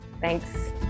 Thanks